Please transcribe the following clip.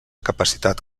capacitat